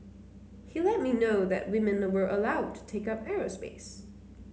he let me know that women were allowed to take up aerospace